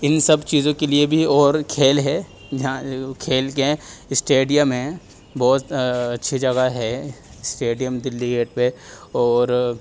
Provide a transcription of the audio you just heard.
ان سب چیزوں کے لیے بھی اور کھیل ہے جہاں کھیل کے اسٹیڈیم ہیں بہت اچھی جگہ ہے اسٹیڈیم دلّی گیٹ پہ اور